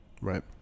Right